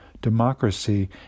democracy